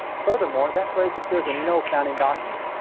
furthermore, that phrase appears in no founding documen.